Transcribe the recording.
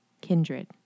kindred